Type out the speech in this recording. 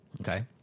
Okay